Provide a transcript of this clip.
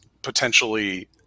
potentially